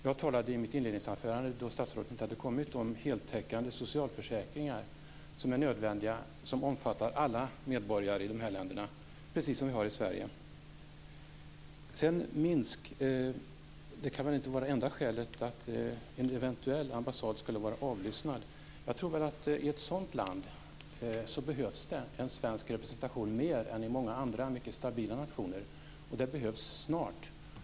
Jag talade i mitt inledningsanförande, då statsrådet inte hade kommit, om att det är nödvändigt med heltäckande socialförsäkringar som omfattar alla medborgare i de här länderna, precis som vi har i Det kan väl inte vara det enda skälet att en eventuell ambassad i Minsk skulle vara avlyssnad. Jag tror att det behövs en svensk representation i ett sådant land mer än i många andra mycket stabila nationer, och det behövs snart.